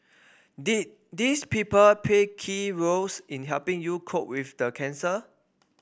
did these people play key roles in helping you cope with the cancer